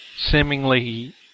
seemingly